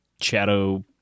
shadow